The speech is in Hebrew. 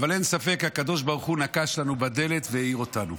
אבל אין ספק שהקדוש ברוך הוא נקש לנו בדלת והעיר אותנו